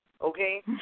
okay